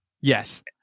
Yes